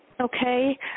Okay